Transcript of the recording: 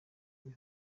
b’i